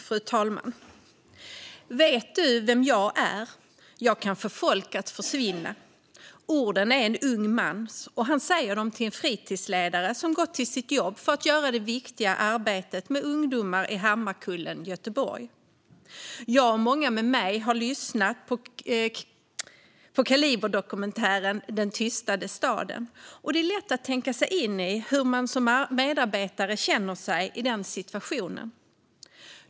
Fru talman! "Vet du vem jag är? Jag kan få folk att försvinna." Orden är en ung mans, och han säger dem till en fritidsledare som gått till sitt jobb för att göra det viktiga arbetet med ungdomar i Hammarkullen i Göteborg. Jag och många med mig har lyssnat på dokumentären Den tystade staden från Kaliber , och det är lätt att tänka sig in i hur man som medarbetare känner sig i den situationen.